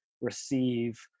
receive